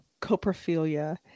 coprophilia